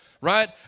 right